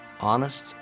honest